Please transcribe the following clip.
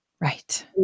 right